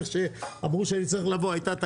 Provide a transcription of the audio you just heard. איך שאמרו שאני צריך לבוא הייתה תקלה.